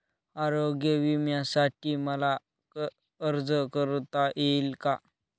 आरोग्य विम्यासाठी मला अर्ज करता येईल का?